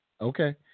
okay